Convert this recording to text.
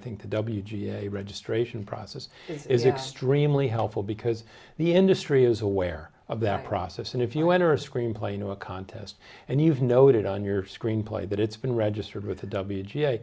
think the w g a registration process is extremely helpful because the industry is aware of that process and if you enter a screenplay you know a contest and you've noted on your screenplay that it's been registered with the w j